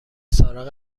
سارق